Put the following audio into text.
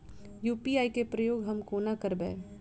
UPI केँ प्रयोग हम कोना करबे?